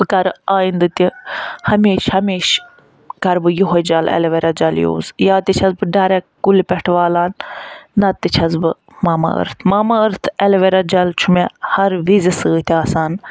بہٕ کَرٕ آینٛدٕ تہِ ہمیشہِ ہمیشہِ کَرٕ بہٕ یَہَے جل ایٚلویرا جَل یوٗز یا تہِ چھَس بہٕ ڈایریٚکٹ کُلہِ پٮ۪ٹھٕ والان نَتہِ تہِ چھَس بہٕ Mamaearth Mamaearth aloe vera gel چھُ مےٚ ہر وزِ سۭتۍ آسان